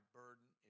burden